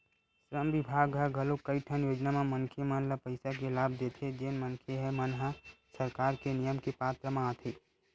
श्रम बिभाग ह घलोक कइठन योजना म मनखे मन ल पइसा के लाभ देथे जेन मनखे मन ह सरकार के नियम के पात्र म आथे